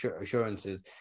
assurances